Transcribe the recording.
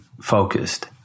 focused